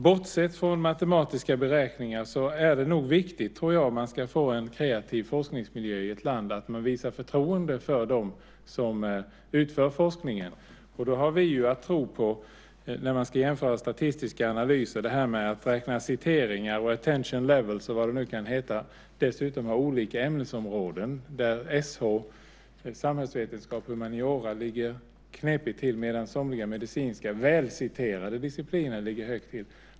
Bortsett från matematiska beräkningar tror jag att det nog är viktigt, om man ska få en kreativ forskningsmiljö i ett land, att man visar förtroende för dem som utför forskningen. När man ska jämföra statistiska analyser har vi att tro på detta med att räkna citeringar och attention levels och vad det nu kan heta. Dessutom handlar det om olika ämnesområden där SH, samhällsvetenskap och humaniora, ligger knepigt till, medan somliga medicinska välciterade discipliner ligger bra till.